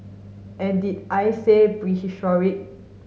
and did I say prehistoric